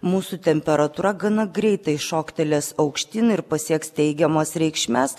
mūsų temperatūra gana greitai šoktelės aukštyn ir pasieks teigiamas reikšmes